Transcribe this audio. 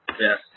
Yes